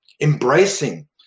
embracing